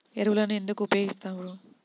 ఎరువులను ఎందుకు ఉపయోగిస్తారు?